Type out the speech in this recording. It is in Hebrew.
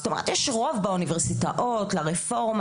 זאת אומרת יש רוב באוניברסיטאות לרפורמה,